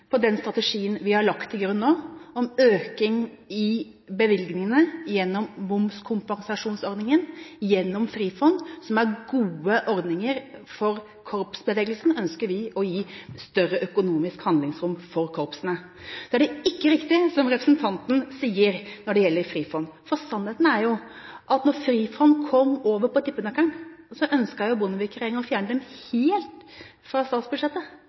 med den strategien som vi nå har lagt til grunn, om økning i bevilgningene gjennom momskompensasjonsordningen og gjennom Frifond – som er gode ordninger for korpsbevegelsen – ønsker vi å gi større økonomisk handlingsrom for korpsene. Så er det ikke riktig som representanten sier når det gjelder Frifond: Sannheten er at da Frifond kom over på tippenøkkelen, ønsket Bondevik-regjeringen å fjerne den helt fra statsbudsjettet.